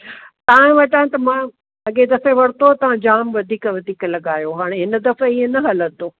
तव्हां वटां त मां अॻे दफ़े वरितो तव्हां जाम वधीक वधीक लॻायो हाणे हिन दफ़े ईअं न हलंदो